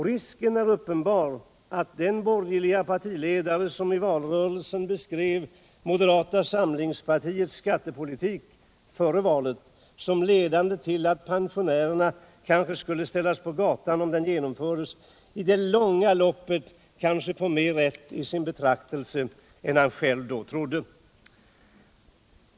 Risken är uppenbar att den borgerlige partiledare som i valrörelsen beskrev moderata samlingspartiets skattepolitik före valet som ledande till att pensionärerna kanske skulle ställas på gatan i det långa loppet får mer rätt än han själv då trodde.